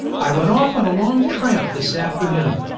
i went off on a long tramp this afternoon,